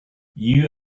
you